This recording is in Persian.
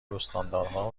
استانداردها